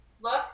look